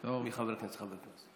כי אישרו לו את זה כדחוף.